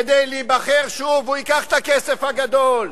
כדי להיבחר שוב הוא ייקח את הכסף הגדול.